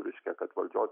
reiškia kad valdžioj